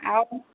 ଆଉ